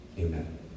amen